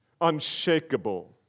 unshakable